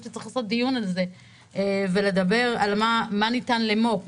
שצריך לעשות על זה דיון ולדבר על מה ניתן למו"פ,